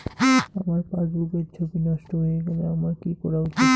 আমার পাসবুকের ছবি নষ্ট হয়ে গেলে আমার কী করা উচিৎ?